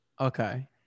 Okay